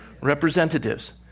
representatives